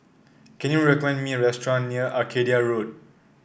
can you recommend me a restaurant near Arcadia Road